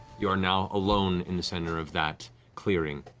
you are now alone in the center of that clearing.